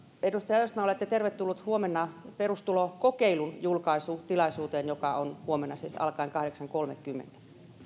edustaja östman olette tervetullut huomenna perustulokokeilun julkaisutilaisuuteen joka on siis huomenna alkaen kello kahdeksan kolmekymmentä